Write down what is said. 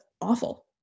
awful